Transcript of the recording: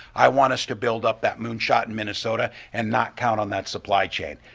i want us to build up that moonshot in minnesota and not count on that supply chain.